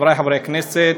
חברי חברי הכנסת,